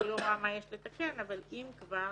אני לא רואה מה יש לתקן, אבל אם כבר,